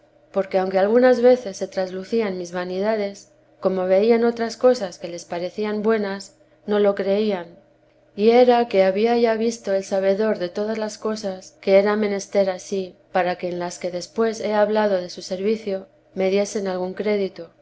porque aunque algunas veces se traslucían mis vanidades como veían otras cosas que les parecían buenas no lo creían y era que había ya visto el sabidor de todas las cosas que era menester ansí para que en las que después he hablado de su servicio me diesen algún crédito